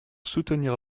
soutenir